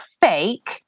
fake